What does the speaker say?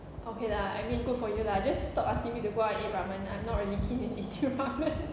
okay lah I mean good for you lah just stop asking me to go out and eat ramen I'm not really keen in eating ramen